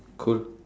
cool